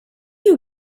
you